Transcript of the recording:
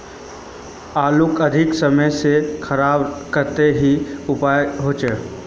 आलूक अधिक समय से रखवार केते की उपाय होचे?